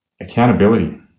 accountability